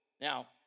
Now